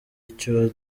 icyo